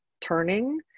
turning